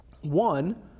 One